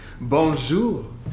Bonjour